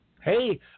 Hey